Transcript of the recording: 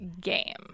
game